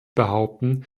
behaupten